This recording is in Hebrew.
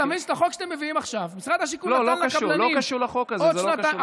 אתה מבין שבחוק שאתם מביאים עכשיו משרד השיכון נתן לקבלנים עוד שנתיים.